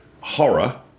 horror